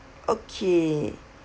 okay